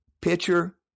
Pitcher